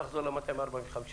לחזור ל-245 שקלים.